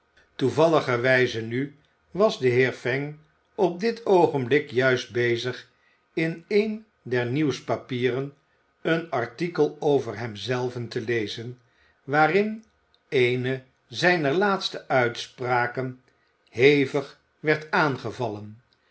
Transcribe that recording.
worden toevalligerwijze nu was de heer fang op dit oogenblik juist bezig in een der nieuwspapieren een artikel over hem zelven te lezen waarin eene zijner laatste uitspraken hevig werd aangevallen